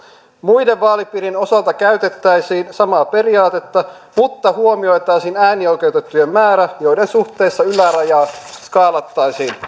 muiden vaalipiirien osalta käytettäisiin samaa periaatetta mutta huomioitaisiin äänioikeutettujen määrä joiden suhteessa ylärajaa skaalattaisiin